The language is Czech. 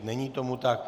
Není tomu tak.